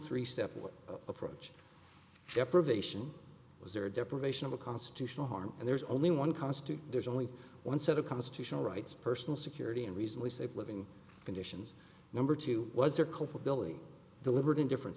three step approach deprivation was a deprivation of a constitutional harm and there's only one constant there's only one set of constitutional rights personal security and recently safe living conditions number two was there culpability deliberate indifference